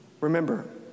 Remember